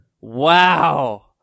Wow